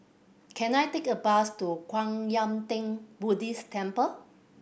can I take a bus to Kwan Yam Theng Buddhist Temple